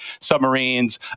submarines